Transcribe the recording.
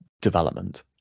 development